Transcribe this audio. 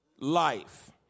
life